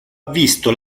visto